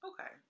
Okay